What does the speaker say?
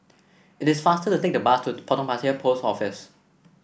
it is faster to take the bus to Potong Pasir Post Office